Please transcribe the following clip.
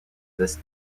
this